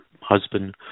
husband